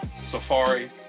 Safari